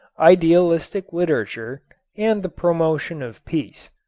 idealistic literature and the promotion of peace.